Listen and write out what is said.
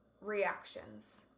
reactions